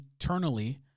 eternally